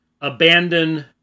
abandon